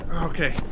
Okay